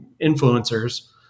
influencers